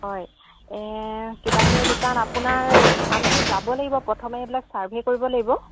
হয় এই কিতাপৰ দোকান আপোনাৰ আমি যাব লাগিব প্ৰথমে এইবিলাক ছাৰ্ভে কৰিব লাগিব